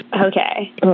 Okay